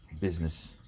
business